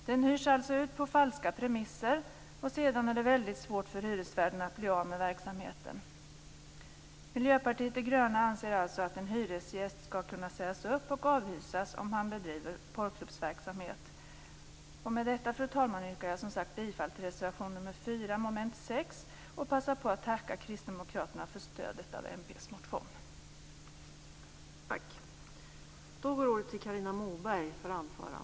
Den hyrs alltså ut på falska premisser, och sedan är det väldigt svårt för hyresvärden att bli av verksamheten. Miljöpartiet de gröna anser alltså att en hyresgäst skall kunna sägas upp och avhysas om han bedriver porrklubbsverksamhet. Med detta, fru talman, yrkar jag som sagt bifall till reservation 4 under mom. 6. Jag passar på att tacka Kristdemokraterna för stödet för mp:s motion.